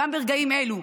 גם ברגעים אלו,